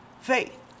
faith